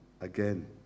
again